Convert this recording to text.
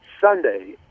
Sunday